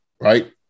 right